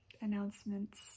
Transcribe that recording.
announcements